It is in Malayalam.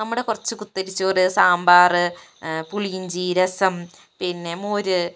നമ്മുടെ കുറച്ച് കുത്തരിച്ചോറ് സാമ്പാറ് പുളിയിഞ്ചി രസം പിന്നെ മോര്